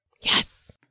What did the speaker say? yes